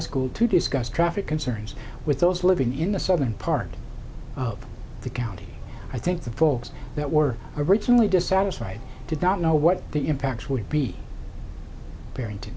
school to discuss traffic concerns with those living in the southern part of the county i think the folks that were originally dissatisfied did not know what the impacts would be parenting